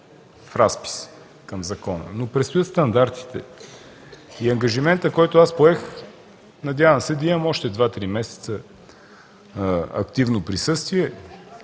в разпис към закона, но предстоят стандартите. Ангажиментът, който поех – надявам се да имам още два-три месеца активно присъствие,